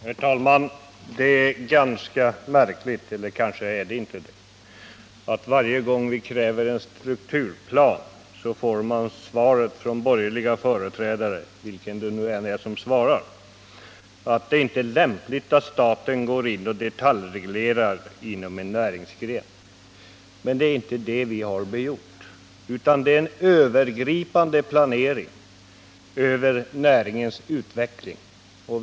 Herr talman! Det är ganska märkligt — eller kanske är det helt följdriktigt — att varje gång vi kräver en strukturplan, så svarar de borgerliga företrädarna att det inte är lämpligt att staten går in och detaljreglerar inom en näringsgren. Men det är ju inte det vi har begärt, utan vi har begärt en övergripande planering av näringens utveckling.